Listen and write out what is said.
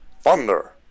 Thunder